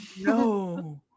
no